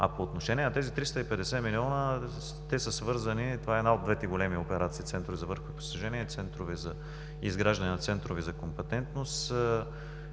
По отношение на тези 350 милиона – те са свързани. Това е една от двете големи операции – центрове за върхови постижения и изграждане на центрове за компетентност.